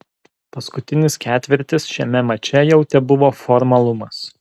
paskutinis ketvirtis šiame mače jau tebuvo formalumas